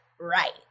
right